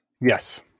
yes